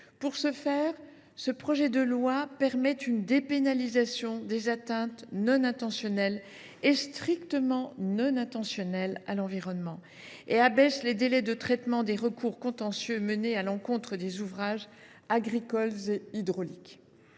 Pour ce faire, ce projet de loi permet une dépénalisation des atteintes non intentionnelles – et strictement celles ci – à l’environnement et abaisse les délais de traitement des recours contentieux menés à l’encontre des ouvrages agricoles et hydrauliques.